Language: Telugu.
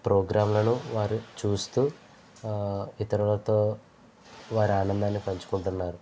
ప్రోగ్రాంలను వారు చూస్తూ ఇతరులతో వారి ఆనందాన్ని పంచుకుంటున్నారు